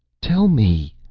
tell me,